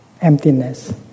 emptiness